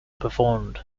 performed